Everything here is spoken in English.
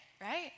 right